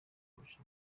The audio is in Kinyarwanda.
kurusha